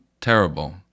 terrible